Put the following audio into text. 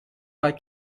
bei